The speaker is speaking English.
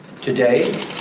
Today